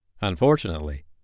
Unfortunately